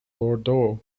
bordeaux